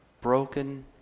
broken